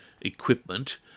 equipment